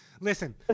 Listen